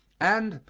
and,